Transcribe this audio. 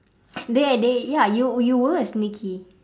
they they ya you you were sneaky